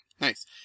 Nice